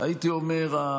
הייתי אומר,